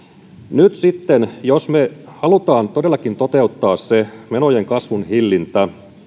nyt sitten jos me haluamme todellakin toteuttaa sen menojen kasvun hillinnän